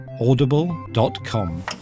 audible.com